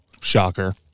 shocker